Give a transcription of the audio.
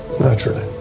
Naturally